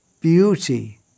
beauty